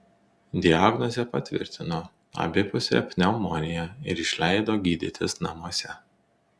diagnozę patvirtino abipusė pneumonija ir išleido gydytis namuose